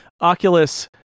Oculus